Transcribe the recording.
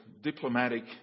diplomatic